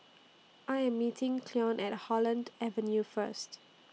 I Am meeting Cleon At Holland Avenue First